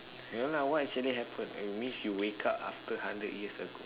ya lah what actually happen it means you wake up after hundred years